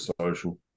social